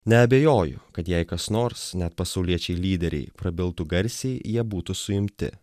neabejoju kad jei kas nors net pasauliečiai lyderiai prabiltų garsiai jie būtų suimti